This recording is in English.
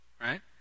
right